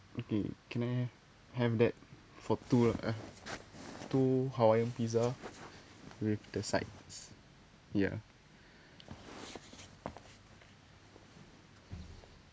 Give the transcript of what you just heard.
okay can I have that for two lah eh two hawaiian pizza with the sides yeah